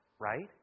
Right